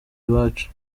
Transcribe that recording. iwacu